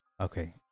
okay